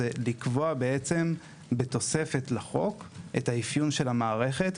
זה לקבוע בתוספת לחוק את האפיון של המערכת,